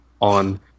on